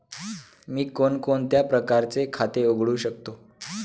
मी कोणकोणत्या प्रकारचे खाते उघडू शकतो?